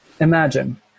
imagine